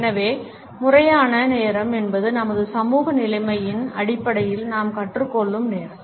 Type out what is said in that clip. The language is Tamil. எனவே முறையான நேரம் என்பது நமது சமூக நிலைமையின் அடிப்படையில் நாம் கற்றுக் கொள்ளும் நேரம்